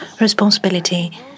responsibility